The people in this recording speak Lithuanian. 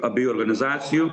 abiejų organizacijų